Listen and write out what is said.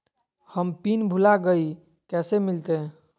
हम पिन भूला गई, कैसे मिलते?